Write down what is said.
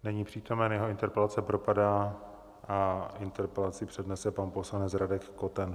Není přítomen, jeho interpelace propadá a interpelaci přednese pan poslanec Radek Koten.